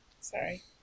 Sorry